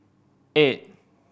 eight